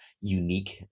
unique